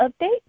update